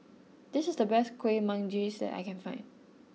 this is the best Kueh Manggis that I can find